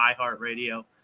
iHeartRadio